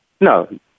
No